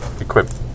equipped